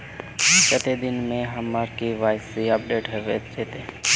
कते दिन में हमर के.वाई.सी अपडेट होबे जयते?